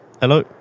Hello